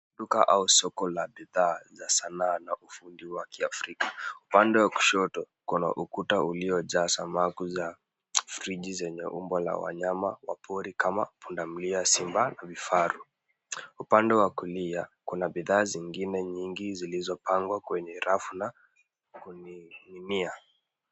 Duka au soko la bidhaa za sanaa la ufundi wa kiafrika. Upande wa kushoto kuna ukuta uliojaa samaku za friji zenye umbo la wanyama wa pori kama pundamilia, simba na vifaru. Upande wa kulia kuna bidhaa zingine nyingi zilizopangwa kwenye rafu na kuning'inia.